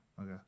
okay